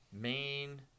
Main